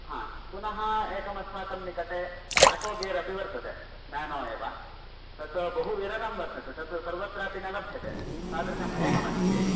हा पुनः एकमस्माकं निकटे आटो गेर् अपि वर्तते न्यानो एव तत् बहु विरलं वर्तते तत् सर्वत्रापि न लभ्यते तादृशम् एकम् अस्ति